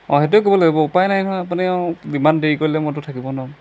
অঁ সেইটোৱে কৰিব লাগিব উপায় নাই নহয় আপুনি আৰু ইমান দেৰি কৰিলে মইতো থাকিব নোৱাৰো